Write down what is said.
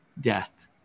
death